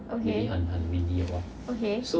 okay okay